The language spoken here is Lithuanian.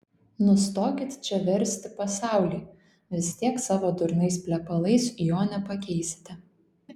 nustokit čia versti pasaulį vis tiek savo durnais plepalais jo nepakeisite